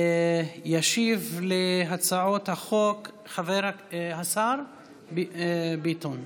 ישיב להצעות החוק השר ביטון.